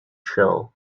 show